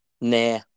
Nah